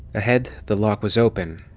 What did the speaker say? ahead, the lock was open.